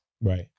Right